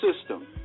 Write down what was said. system